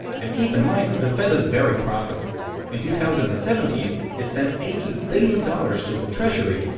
and keep in mind, the fed is very profitable in two thousand and seventeen it sent eighty billion dollars to the treasury,